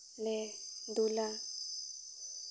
ᱞᱮ ᱫᱩᱞᱟ